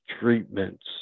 treatments